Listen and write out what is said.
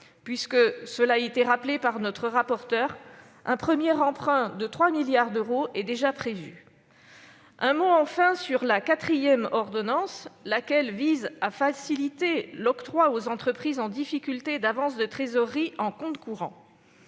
comme cela a été rappelé par notre rapporteur, un premier emprunt de 3 milliards d'euros est déjà prévu. Enfin, la quatrième ordonnance vise à faciliter l'octroi aux entreprises en difficulté d'avances de trésorerie en compte courant.